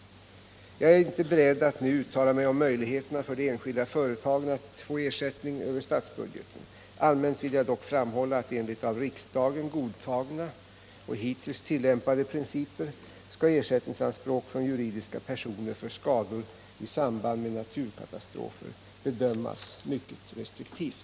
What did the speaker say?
Jag är inte beredd att nu uttala mig om möjligheterna för de enskilda företagen att få ersättning över statsbudgeten. Allmänt vill jag dock framhålla att enligt av riksdagen godtagna och hittills tillämpade principer skall ersättningsanspråk från juridiska personer för skador i samband med naturkatastrofer bedömas mycket restriktivt.